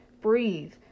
breathe